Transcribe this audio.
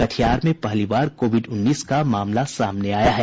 कटिहार में पहली बार कोविड उन्नीस का मामला सामने आया है